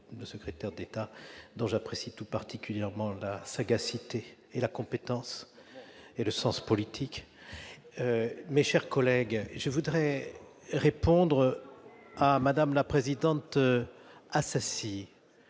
et solidaire, dont j'apprécie tout particulièrement la sagacité, la compétence et le sens politique. Mes chers collègues, je veux répondre à Mme la présidente Assassi